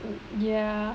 ya